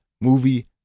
movie